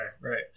Right